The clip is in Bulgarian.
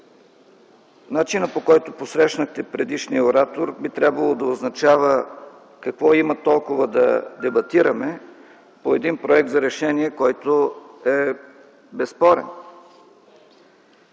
Начинът, по който посрещнахте предишния оратор, би трябвало да означава: какво има толкова да дебатираме по един проект за решение, който е безспорен?